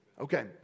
okay